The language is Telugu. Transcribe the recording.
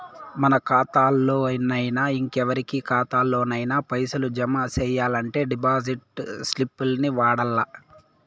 మన కాతాల్లోనయినా, ఇంకెవరి కాతాల్లోనయినా పైసలు జమ సెయ్యాలంటే డిపాజిట్ స్లిప్పుల్ని వాడల్ల